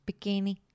bikini